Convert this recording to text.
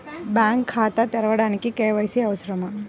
Bank ఖాతా తెరవడానికి KYC అవసరమా?